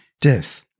death